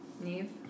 Neve